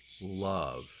love